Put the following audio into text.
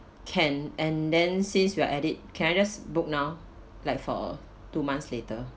can and then since you are at it can I just book now like for two months later